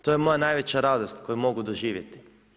To je moja najveća radost koju mogu doživjeti.